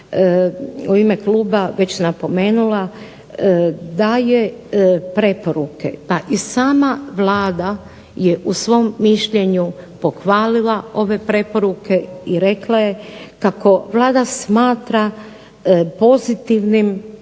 u ime kluba već napomenula daje preporuke pa i sama Vlada je u svom mišljenju pohvalila ove preporuke i rekla je kako Vlada smatra pozitivnim